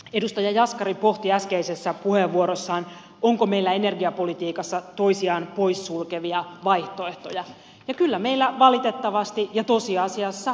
edustaja jaskari pohti äskeisessä puheenvuorossaan onko meillä energiapolitiikassa toisiaan poissulkevia vaihtoehtoja ja kyllä meillä valitettavasti ja tosiasiassa on